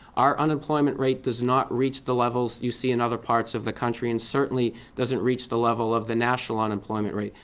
our unemployment rate does not reach the levels you see in other parts of the country and certainly doesn't reach the level of the national unemployment rate.